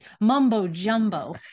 mumbo-jumbo